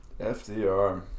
FDR